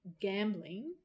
gambling